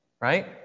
right